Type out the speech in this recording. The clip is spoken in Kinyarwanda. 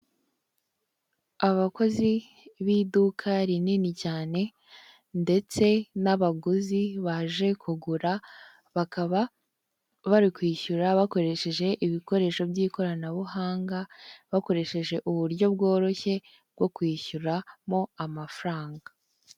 Abakozi b'iduka rinini cyane ndetse n'abaguzi baje kugura, bakaba bari kwishyura bakoresheje ibikoresho by'ikoranabuhanga bakoresheje uburyo bworoshye bwo kwishyuramo amafaranga.